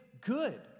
good